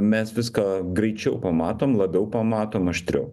mes viską greičiau pamatom labiau pamatom aštriau